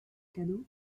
cadeau